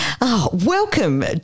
Welcome